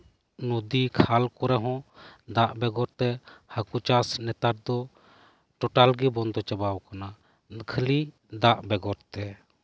ᱜᱟᱰᱟ ᱠᱷᱟᱞ ᱠᱚᱨᱮ ᱦᱚᱸ ᱫᱟᱜ ᱵᱮᱜᱚᱨ ᱛᱮ ᱦᱟᱹᱠᱩ ᱪᱟᱥ ᱱᱮᱛᱟᱨ ᱫᱚ ᱴᱳᱴᱟᱞ ᱜᱮ ᱵᱚᱱᱫᱚ ᱪᱟᱵᱟᱣᱟᱠᱟᱱᱟ ᱠᱷᱟᱹᱞᱤ ᱫᱟᱜ ᱵᱮᱜᱚᱨ ᱛᱮ